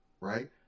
right